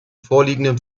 vorliegenden